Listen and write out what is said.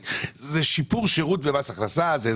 אלא זה שיפור שירות במס הכנסה.